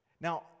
Now